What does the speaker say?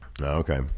Okay